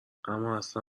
امااصلا